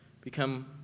become